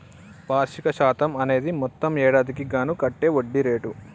వార్షిక శాతం అనేది మొత్తం ఏడాదికి గాను కట్టే వడ్డీ రేటు